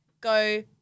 Go